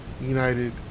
United